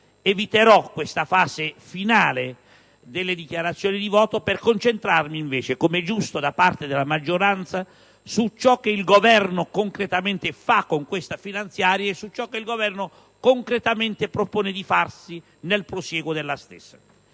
allora questa fase finale delle dichiarazioni di voto per concentrarmi invece, com'è giusto da parte della maggioranza, su ciò che il Governo concretamente fa con questa finanziaria e su ciò che concretamente propone di fare nel prosieguo della stessa.